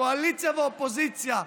קואליציה ואופוזיציה,